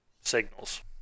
signals